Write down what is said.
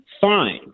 fine